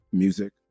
music